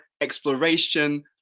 exploration